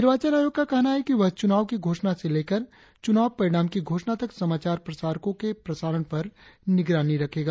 निर्वाचन आयोग का कहना है कि वह चुनाव की घोषणा से लेकर चुनाव परिणाम की घोषणा तक समाचार प्रसारकों के प्रसारण पर निगरानी रखेगा